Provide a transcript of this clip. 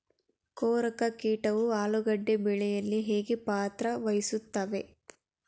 ಕೊರಕ ಕೀಟವು ಆಲೂಗೆಡ್ಡೆ ಬೆಳೆಯಲ್ಲಿ ಹೇಗೆ ಪಾತ್ರ ವಹಿಸುತ್ತವೆ?